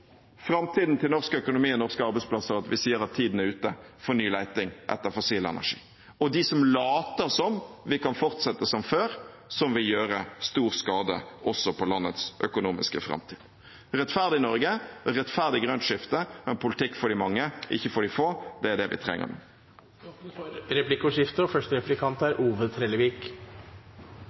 framtiden til norsk økonomi og norske arbeidsplasser, sier vi at tiden er ute for ny leting etter fossil energi, og det er de som later som om vi kan fortsette som før, som vil gjøre stor skade også på landets økonomiske framtid. Et rettferdig Norge, et rettferdig grønt skifte, en politikk for de mange, ikke for de få er det vi trenger nå. Det blir replikkordskifte.